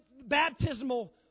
baptismal